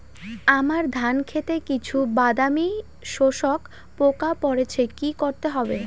আমার ধন খেতে কিছু বাদামী শোষক পোকা পড়েছে কি করতে হবে?